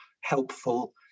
helpful